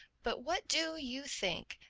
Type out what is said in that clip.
but what do you think?